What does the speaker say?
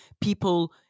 people